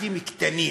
לעסקים קטנים.